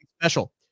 Special